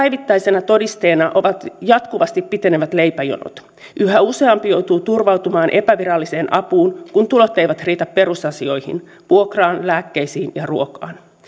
päivittäisenä todisteena ovat jatkuvasti pitenevät leipäjonot yhä useampi joutuu turvautumaan epäviralliseen apuun kun tulot eivät riitä perusasioihin vuokraan lääkkeisiin ja ruokaan